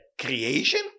creation